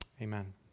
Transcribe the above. amen